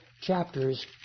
chapters